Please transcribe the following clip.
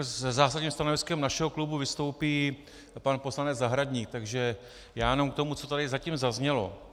Se zásadním stanoviskem našeho klubu vystoupí pan poslanec Zahradník, takže já jenom k tomu, co tady zatím zaznělo.